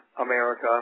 America